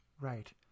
right